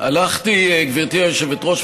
גברתי היושבת-ראש,